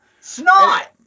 Snot